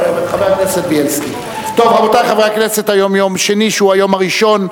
ולהאריך את הדלת, שמה יש מרווח גדול.